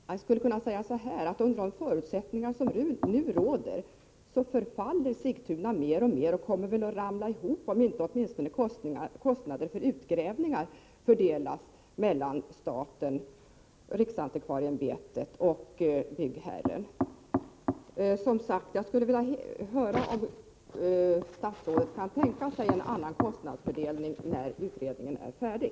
Man kan uttrycka det så, att under de förutsättningar som nu råder förfaller Sigtuna mer och mer och kommer väl att ramla ihop, om inte åtminstone kostnaderna för utgrävningar fördelas mellan staten, dvs. riksantikvarieämbetet, och byggherren. Kan statsrådet tänka sig att medverka till att det blir en annan kostnadsfördelning när utredningen är färdig?